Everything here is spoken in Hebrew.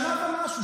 שנה ומשהו,